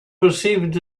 perceived